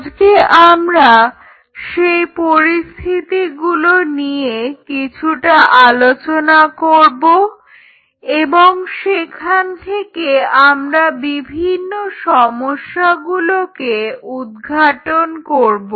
আজকে আমরা সেই পরিস্থিতিগুলো নিয়ে কিছুটা আলোচনা করব এবং সেখান থেকে আমরা বিভিন্ন সমস্যাগুলোকে উদঘাটন করব